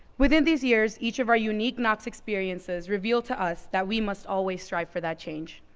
within these years, each of our unique knox experiences reveal to us that we must always strive for that change.